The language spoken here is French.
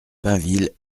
pinville